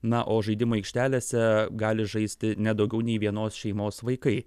na o žaidimų aikštelėse gali žaisti ne daugiau nei vienos šeimos vaikai